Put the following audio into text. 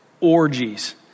orgies